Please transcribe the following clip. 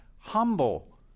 humble